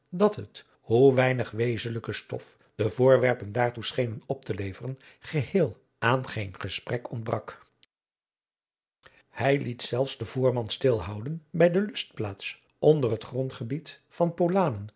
dat het hoe weinig wezenlijke stof de voorwerpen daartoe schenen op te leveren geheel aan geen gesprek ontbrak hij liet zelfs den voerman stil houden bij de lustplaats onder het grondgebied van